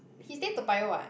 he stay Toa-Payoh [what]